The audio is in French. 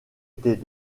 étaient